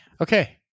okay